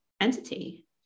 Entity